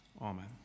amen